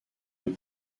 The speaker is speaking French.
les